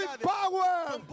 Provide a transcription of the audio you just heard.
power